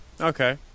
Okay